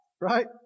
right